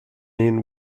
men